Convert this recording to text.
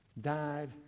died